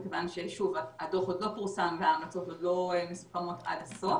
מכיוון שהדוח עוד לא פורסם וההמלצות עוד לא מסוכמות עד הסוף,